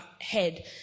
head